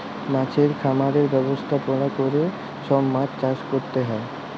মাছের খামারের ব্যবস্থাপলা ক্যরে সব মাছ চাষ ক্যরতে হ্যয়